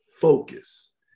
Focus